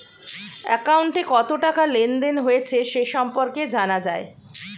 অ্যাকাউন্টে কত টাকা লেনদেন হয়েছে সে সম্পর্কে জানা যায়